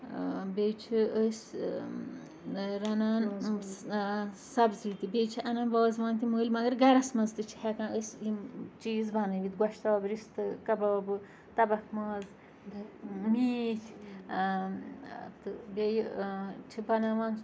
بیٚیہِ چھِ أسۍ رَنان سبزی تہِ بیٚیہِ چھِ اَنان وازوان تہِ مٔلۍ مگر گَرَس مَنٛز تہِ چھِ ہیٚکان أسۍ یِم چیٖز بَنٲوِتھ گۄشتاب رِستہٕ کَبابہٕ تَبَکھ ماز میٖتھۍ تہٕ بیٚیہِ چھِ بَناوان